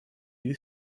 you